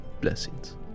blessings